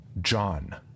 John